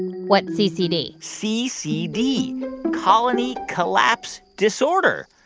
what's ccd? ccd colony collapse disorder.